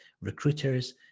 recruiters